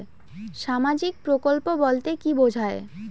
সামাজিক প্রকল্প বলতে কি বোঝায়?